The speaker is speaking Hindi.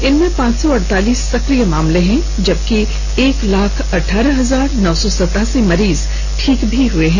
इनमें पांच सौ अड़तालीस सक्रिय केस हैं जबकि एक लाख अठारह हजार नौ सौ सतासी मरीज ठीक हुए हैं